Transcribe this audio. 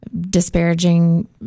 disparaging